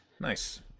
Nice